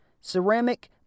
Ceramic